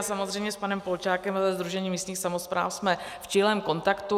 Samozřejmě s panem Polčákem ze Sdružení místních samospráv jsme v čilém kontaktu.